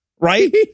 right